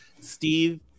Steve